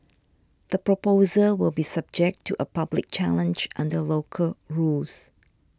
the proposal will be subject to a public challenge under local rules